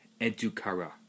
edukara